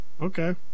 Okay